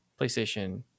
PlayStation